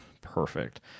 Perfect